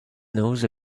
knows